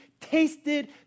tasted